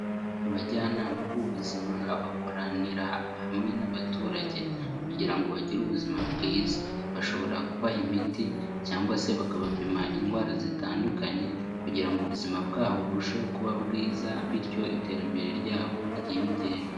Abajyanama b'ubuzima bakoranira hamwe n'abaturage kugira ngo bagire ubuzima bwiza, bashobora kubaha imiti cyangwa se bakabapima indwara zitandukanye kugira ubuzima bwabo burusheho kuba bwiza bityo iterambere ryabo ryiyongere.